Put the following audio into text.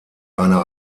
eine